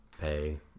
pay